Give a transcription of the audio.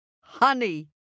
honey